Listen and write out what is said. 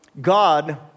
God